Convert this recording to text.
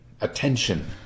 attention